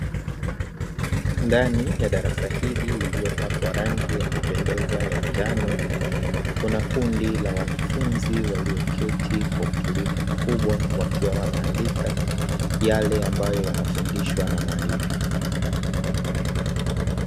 Ndani ya darasa hili lililopakwa rangi ya kupendeza ya njano, kuna kundi la wanafunzi walioketi kwa utulivu mkubwa wakiwa wanaandika yale ambayo wanafundishwa na mwalimu.